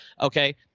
okay